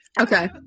Okay